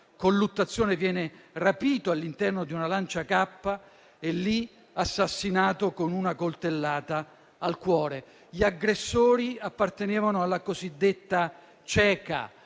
colluttazione viene rapito all'interno di una Lancia K e lì assassinato con una coltellata al cuore. Gli aggressori appartenevano alla cosiddetta Ceka